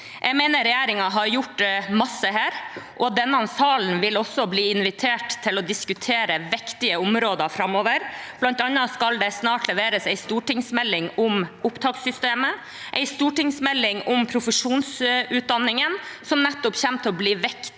Jeg mener regjeringen har gjort en masse her, og denne salen vil også bli invitert til å diskutere viktige områder framover. Det skal bl.a. snart leveres en stortingsmelding om opptakssystemet, en stortingsmelding om profesjonsutdanningene, som kommer til å bli viktig